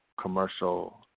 commercial